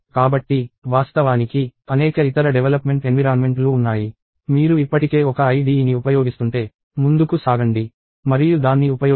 కాబట్టి వాస్తవానికి అనేక ఇతర డెవలప్మెంట్ ఎన్విరాన్మెంట్ లు ఉన్నాయి మీరు ఇప్పటికే ఒక IDEని ఉపయోగిస్తుంటే ముందుకు సాగండి మరియు దాన్ని ఉపయోగించండి